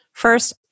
First